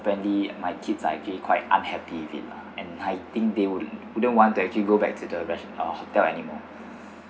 apparently my kids are actually quite unhappy with it lah and I think they would wouldn't want to actually go back to the res~ uh hotel anymore